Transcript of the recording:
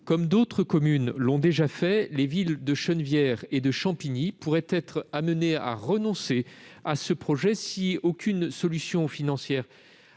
Comme d'autres communes l'ont déjà fait, les villes de Chennevières et de Champigny pourraient être amenées à y renoncer, si aucune solution financière